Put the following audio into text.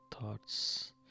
thoughts